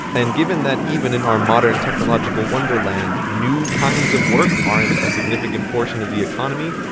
and given that even in our modern technological wonderland new kinds of work aren't a significant portion of the economy,